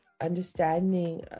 understanding